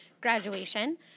graduation